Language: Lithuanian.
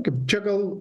kaip čia gal